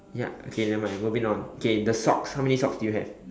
ya okay nevermind moving on okay the socks how many socks do you have